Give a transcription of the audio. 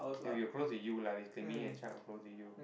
then we were close with you lah basically me and Shak were close to you